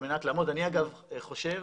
אני חושב